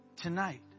tonight